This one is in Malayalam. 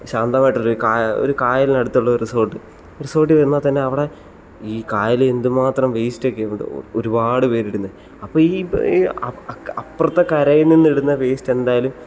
ശാന്തമായിട്ടൊരു ക ഒരു കായലിനടുത്തുള്ള ഒരു റിസോർട്ട് റിസോർട്ടിൽ വന്നാൽ തന്നെ അവിടെ ഈ കായലിൽ എന്ത് മാത്രം വേസ്റ്റ് ഒക്കെ ഒരുപാട് പേരിടുന്നത് അപ്പം ഈ അപ്പുറത്തെ കരയിൽ നിന്നിടുന്ന വേസ്റ്റ് എന്തായാലും